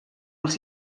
els